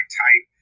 type